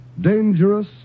Dangerous